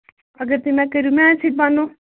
اَگر تُہۍ مےٚ کٔرِومیٛانہِ سٍتۍ بننَو